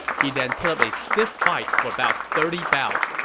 he then put up a stiff fight for about thirty bouts,